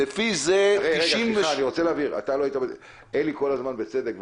אלי אבידר כל הזמן בצדק,